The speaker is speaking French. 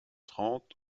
trente